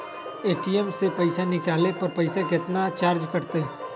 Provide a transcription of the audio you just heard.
ATM से पईसा निकाले पर पईसा केतना चार्ज कटतई?